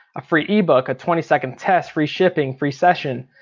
a free ebook, a twenty second test, free shipping, free session,